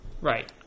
right